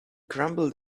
crumble